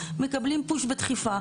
מקבלים פוש בדחיפה.